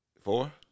Four